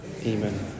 Amen